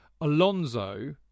Alonso